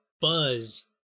buzz